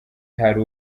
hari